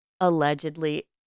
Allegedly